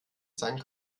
sein